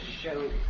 show